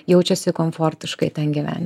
jaučiasi komfortiškai ten gyven